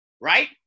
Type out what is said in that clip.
right